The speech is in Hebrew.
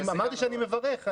אני אמרתי שאני מברך.